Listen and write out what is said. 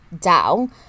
down